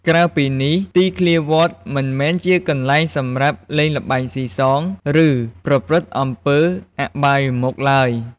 ក្រៅពីនេះទីធ្លាវត្តមិនមែនជាកន្លែងសម្រាប់លេងល្បែងស៊ីសង ឬប្រព្រឹត្តអំពើអបាយមុខឡើយ។